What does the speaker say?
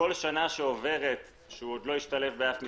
כל שנה שעוברת והוא לא השתלב באף מסגרת,